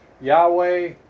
Yahweh